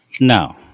No